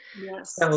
Yes